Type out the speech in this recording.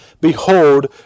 behold